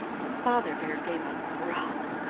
but father bear gave a growl,